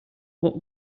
what